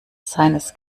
seines